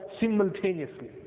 simultaneously